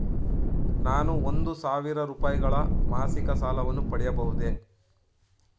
ನಾನು ಒಂದು ಸಾವಿರ ರೂಪಾಯಿಗಳ ಮಾಸಿಕ ಸಾಲವನ್ನು ಪಡೆಯಬಹುದೇ?